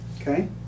Okay